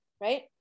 right